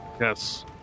yes